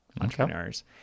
entrepreneurs